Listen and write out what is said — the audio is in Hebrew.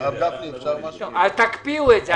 אז תקפיאו את זה.